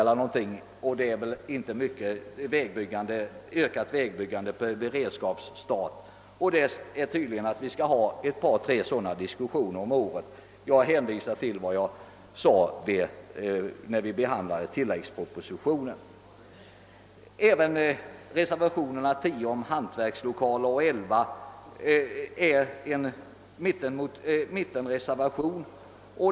Det blir väl ingen större ökning av vägbyggandet som beredskapsarbete, men det är tydligt att vi i alla fall skall ha ett par tre diskussioner i frågan om året. Jag hänvisar till vad jag sade när vi behandlade tillläggspropositionen. Även reservationen 10 om hantverkslokaler är en mittenreservation.